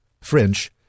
French